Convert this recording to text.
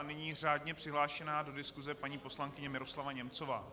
Nyní řádně přihlášená do diskuse paní poslankyně Miroslava Němcová.